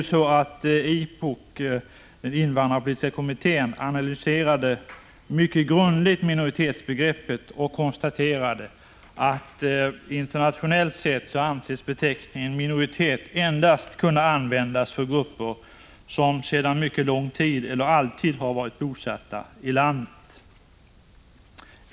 Invandrarpolitiska kommittén analyserade mycket grundligt minoritetsbegreppet och konstaterade att beteckningen minoritet internationellt sett anses kunna användas endast för grupper som sedan mycket lång tid är eller alltid har varit bosatta i landet.